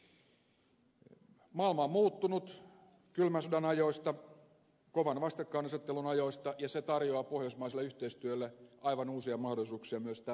maailma on muuttunut kylmän sodan ajoista kovan vastakkainasettelun ajoista ja se tarjoaa pohjoismaiselle yhteistyölle aivan uusia mahdollisuuksia myös tällä alueella